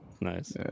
Nice